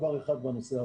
מסינג.